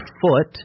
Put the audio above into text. foot